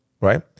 right